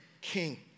king